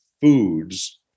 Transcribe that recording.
Foods